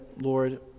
Lord